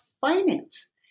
finance